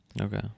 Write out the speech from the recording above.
Okay